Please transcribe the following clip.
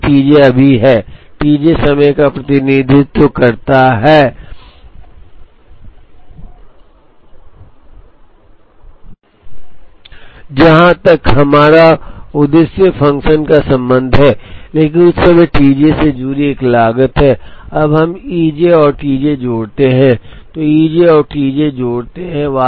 इसलिए T j अभी है T j समय का प्रतिनिधित्व करता है जहाँ तक हमारा उद्देश्य फ़ंक्शन का संबंध है लेकिन उस T j से जुड़ी एक लागत है अब जब हम E j और T j जोड़ते हैं तो E j और T j जोड़ते हैं